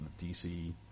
DC